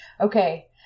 Okay